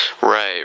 Right